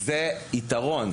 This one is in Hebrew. זה יתרון.